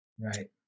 right